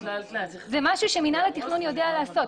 זה משהו שמינהל התכנון יודע לעשות.